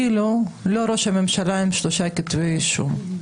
אילו לא ראש הממשלה היה עם שלושה כתבי אישום,